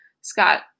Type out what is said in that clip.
Scott